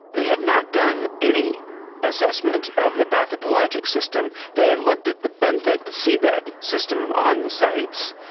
they had not done any assessment of the bathypelagic system. they had looked at the benthic, the seabed system on the sites,